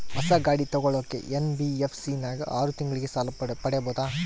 ಹೊಸ ಗಾಡಿ ತೋಗೊಳಕ್ಕೆ ಎನ್.ಬಿ.ಎಫ್.ಸಿ ನಾಗ ಆರು ತಿಂಗಳಿಗೆ ಸಾಲ ಪಡೇಬೋದ?